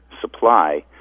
supply